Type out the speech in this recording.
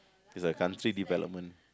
is a country development